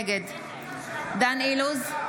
נגד דן אילוז,